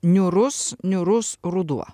niūrus niūrus ruduo